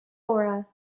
aura